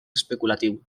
especulatiu